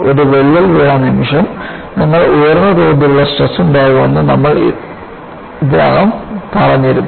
ഒരു വിള്ളൽ വീണ നിമിഷം നിങ്ങൾക്ക് ഉയർന്ന തോതിലുള്ള സ്ട്രെസ് ഉണ്ടാകുമെന്ന് നമ്മൾ ഇതിനകം പറഞ്ഞിരുന്നു